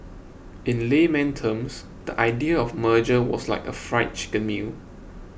in layman terms the idea of merger was like a Fried Chicken meal